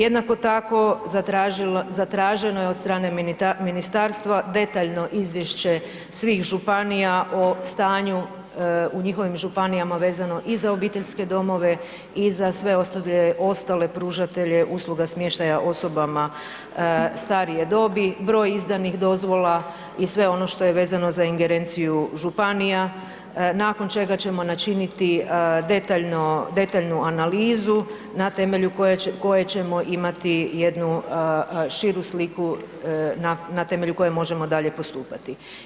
Jednako tako zatraženo je od strane ministarstva detaljno izvješće svih županija o stanju u njihovim županijama vezano i za obiteljske domove i za sve ostale pružatelje usluga smještaja osobama starije dobi, broj izdanih dozvola i sve ono što je vezano za ingerenciju županija, nakon čega ćemo načiniti detaljnu analizu na temelju koje ćemo imati jednu širu sliku na temelju koje možemo dalje postupati.